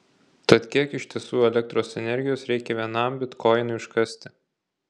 tad kiek iš tiesų elektros energijos reikia vienam bitkoinui iškasti